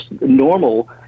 normal